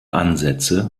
ansätze